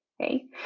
Okay